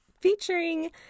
featuring